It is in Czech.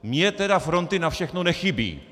Mně tedy fronty na všechno nechybí!